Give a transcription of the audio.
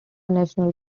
national